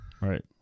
Right